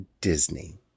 Disney